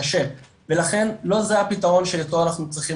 קשה ולכן לא זה הפתרון שאיתו אנחנו צריכים